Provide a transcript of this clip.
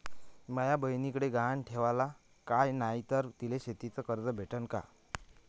माया बयनीकडे गहान ठेवाला काय नाही तर तिले शेतीच कर्ज भेटन का?